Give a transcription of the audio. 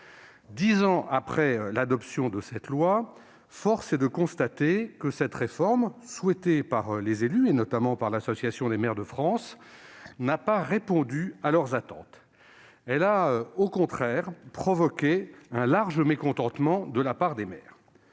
Dix ans après l'adoption de cette loi, force est de constater que cette réforme, souhaitée par les élus, notamment par l'Association des maires de France, n'a pas répondu à leurs attentes. Elle a, au contraire, provoqué un large mécontentement des maires,